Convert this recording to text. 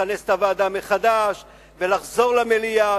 לכנס את הוועדה מחדש ולחזור למליאה,